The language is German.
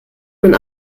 man